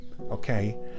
okay